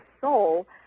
soul